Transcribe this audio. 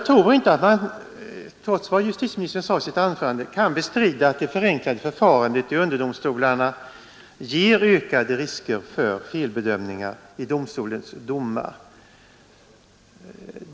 Trots vad justitieministern sade i sitt anförande tror jag inte man kan bestrida att det förenklade förfarandet i underdomstolarna ger ökade risker för felbedömningar.